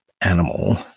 animal